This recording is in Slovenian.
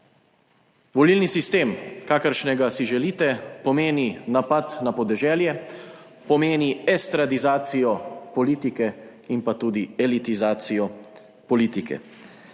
Volilni sistem kakršnega si želite, pomeni napad na podeželje, pomeni estradizacijo politike in pa tudi elitizacijo politike.